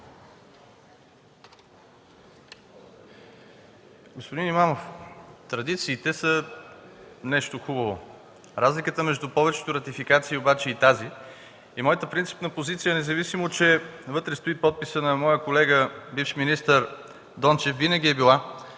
Господин Имамов, традициите са нещо хубаво. Разликата между повечето ратификации обаче и тази, и моята принципна позиция, независимо че вътре стои подписът на моя колега бивш министър Дончев, винаги е била,